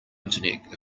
internet